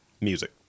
Music